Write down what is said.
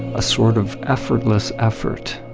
a sort of effortless effort.